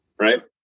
right